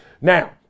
Now